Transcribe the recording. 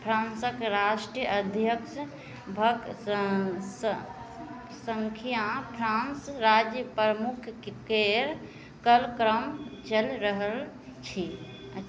फ्रांसक राष्ट्राध्यक्ष भक स स संख्या फ्रांस राज्य प्रमुख केर कलक्रम चल रहल छी